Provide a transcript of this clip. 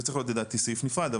זה צריך להיות לדעתי סעיף נפרד,